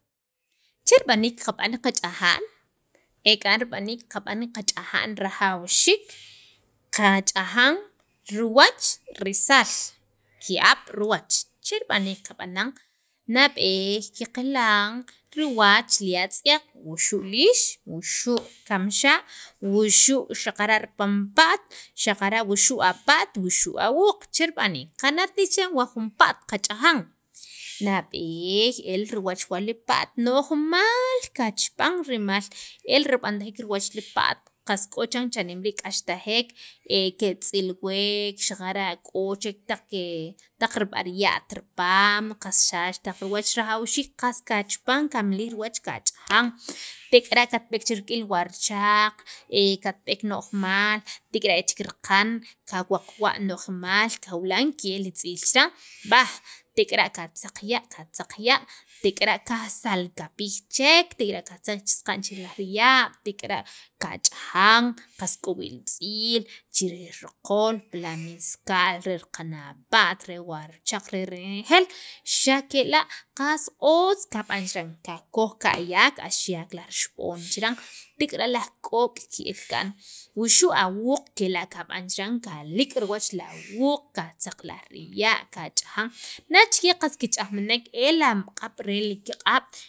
che rib'aniik qab'an li qach'ajan ek'an rib'aniik qab'an qach'aja'n eajawxiik qach'ajan riwach risaal ki'ab' riwach che rib'aniik qab'anan nab'eey qaqilan riwach li atz'yaq wuxu' liix wuxu' kamxa' wuxu' xaqara' panpa't, xaqara¿ wuxu' apa't wuxu' awuuq che rib'aniik qana't ni chiran wa jun pa't kachajan nab'eey e riwach jun pa't nojmaal qachapan rimal el rib'antajek riwach li pa't k'axtajek ketz'ilwek xaqara' k'o chek taq rib'ariya't ripaam qas xax taq riwach rajwxiik qas kachapan kamilij riwach kach'ajan tek'ara' katb'eek chi riij warichaak katb'eek no'jmaal tik'ira' e chek raqan kawaqwa no'jmaal kawilan ke'l li tz'iil chiran b'a' tek'ara' katzaq ya' katzaq ya' tek'ara' kasalkapij chek tek'ara' katz'aq chek saqa'n aya' tik'ara' kach'ajan che'l k'o wii' li tz'iil chi riij riqol pa miskal re riqan apa't re riwarchaq re renejeel xa' kela' qas otz kab'an chiran kakoj ka'yak axyak rixib'on chiran tek'ara' laj k'o' ke'l kaan, wuxu' awuuq kela' kab'an chiran kaliq' riwach awuuq qatzaq laj riya' na chikyan qas kich'ajminek e la' q'ab' re alikq'ab'